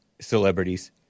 celebrities